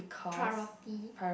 priority